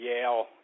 Yale